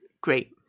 Great